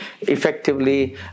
effectively